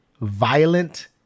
violent